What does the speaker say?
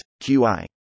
QI